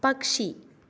പക്ഷി